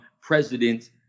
president